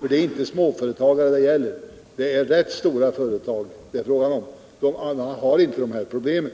Det gäller inte småföretagare utan det är fråga om rätt stora företag, och alla har inte de nämnda problemen.